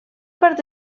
part